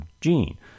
gene